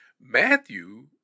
Matthew